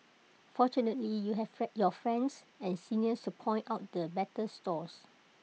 fortunately you have your friends and seniors to point out the better stalls